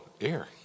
air